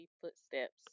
footsteps